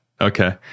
Okay